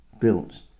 built